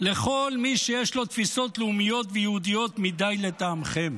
לכל מי שיש לו תפיסות לאומיות ויהודיות מדי לטעמכם.